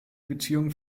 beziehung